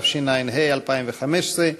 התשע"ו 2015,